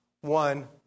One